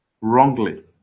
wrongly